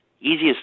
Easiest